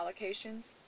allocations